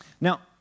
Now